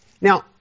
Now